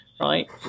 right